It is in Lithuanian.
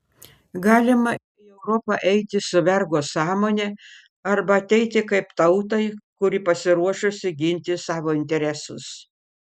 galima į europą eiti su vergo sąmone arba ateiti kaip tautai kuri pasiruošusi ginti savo interesus